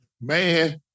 Man